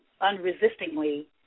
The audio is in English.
unresistingly